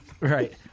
Right